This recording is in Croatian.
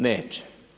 Neće.